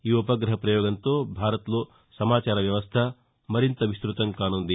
ఈ ఉపగ్రహ ప్రయోగంతో భారత్లో సమాచార వ్యవస్థ మరింతగా విస్తతమవుతుంది